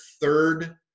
third